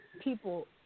people